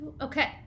Okay